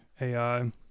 AI